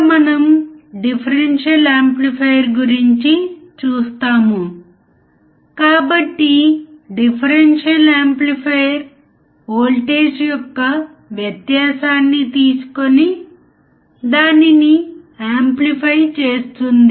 మనము ఇన్పుట్ సిగ్నల్ను వర్తింపజేసినప్పుడు మరియు సర్క్యూట్ యొక్క గెయిన్ ఎక్కువగా ఉన్నప్పుడు బయాస్ వోల్టేజ్ను మించినప్పుడు మాత్రమే అవుట్పుట్ వక్రీకరించబడుతుంది